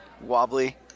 wobbly